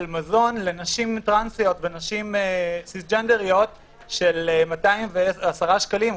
מזון לנשים טרנסיות ונשים סיסג'נדריות של 210 שקלים,